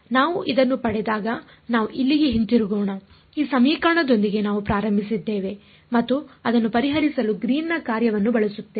ನಾವು ಇದನ್ನು ಪಡೆದಾಗ ನಾವು ಇಲ್ಲಿಗೆ ಹಿಂತಿರುಗೋಣ ಈ ಸಮೀಕರಣದೊಂದಿಗೆ ನಾವು ಪ್ರಾರಂಭಿಸಿದ್ದೇವೆ ಮತ್ತು ಅದನ್ನು ಪರಿಹರಿಸಲು ಗ್ರೀನ್ನ ಕಾರ್ಯವನ್ನು ಬಳಸುತ್ತೇವೆ